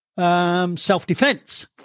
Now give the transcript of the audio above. Self-defense